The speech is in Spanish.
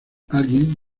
alguien